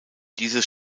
dieses